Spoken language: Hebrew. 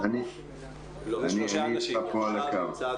ואנחנו הולכים כנקודת מוצא,